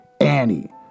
Annie